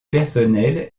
personnel